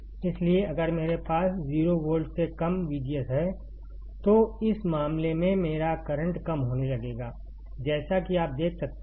इसलिए अगर मेरे पास 0 वोल्ट से कम VGS है तो इस मामले में मेरा करंट कम होने लगेगा जैसा कि आप देख सकते हैं